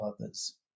others